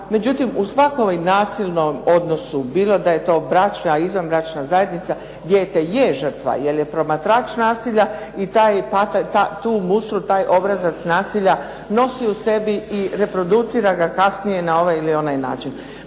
međutim u svakom ovom nasilnom odnosu bilo da je to bračna, izvanbračna zajednica dijete je žrtva jer je promatrač nasilja i tu mustru, taj obrazac nasilja nosi u sebi i reproducira ga kasnije na ovaj ili onaj način.